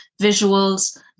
visuals